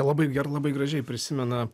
labai ger labai gražiai prisimena